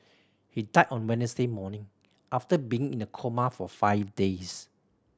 he died on Wednesday morning after being in a coma for five days